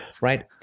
right